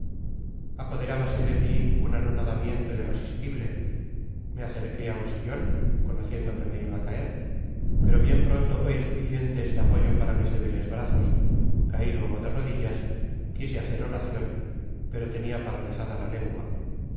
de mi un anonadamiento irresistible me acerqué á un sillon conociendo que me iba á caer pero bien pronto fué insuficiente este apoyo para mis débiles brazos cai luego de rodillas quise hacer oracion pero tenia paralizada la lengua